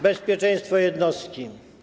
Bezpieczeństwo jednostki.